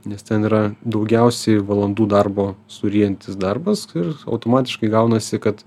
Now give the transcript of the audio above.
nes ten yra daugiausiai valandų darbo suryjantis darbas ir automatiškai gaunasi kad